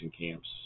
camps